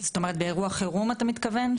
באירוע חירום אתה מתכוון?